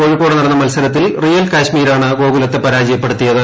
കോഴിക്കോട് നടന്ന മത്സരത്തിൽ റിയൽ കശ്മീരാണ് ഗോകുലത്തെ പരാജയപ്പെടുത്തിയത്